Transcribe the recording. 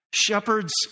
Shepherds